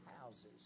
houses